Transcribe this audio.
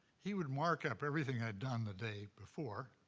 he would mark up everything i'd done the day before,